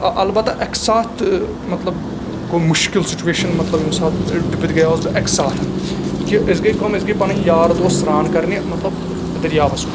اَلبتہٕ اَکہِ ساتہٕ مطلب گوٚو مُشکِل سِچویٚشن مطلب ییٚمہِ ساتہٕ ڈُبِتھ گوُس بہٕ اَکہِ ساتَھن کہِ أسۍ گٔیے کٲم أسۍ گٔیے پَنٕنۍ یار دوس سران کَرنہِ مطلب دریاوس کُن